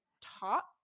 top